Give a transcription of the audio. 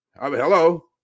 hello